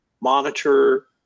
monitor